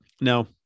Now